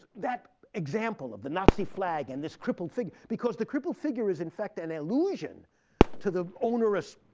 that example of the nazi flag and this crippled figure because the crippled figure is in fact an allusion to the onerous